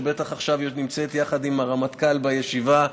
שבטח עכשיו נמצאת יחד עם הרמטכ"ל בישיבה.